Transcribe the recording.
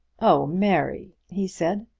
oh, mary! he said,